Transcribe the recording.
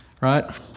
right